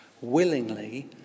willingly